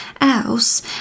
else